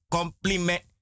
Compliment